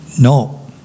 No